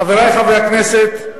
חברי חברי הכנסת,